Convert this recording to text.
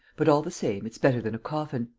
but, all the same, it's better than a coffin.